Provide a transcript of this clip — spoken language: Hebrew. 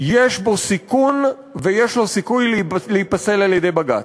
יש בו סיכון ויש לו סיכוי להיפסל על-ידי בג"ץ.